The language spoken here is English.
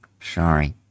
Sorry